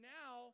now